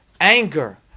anger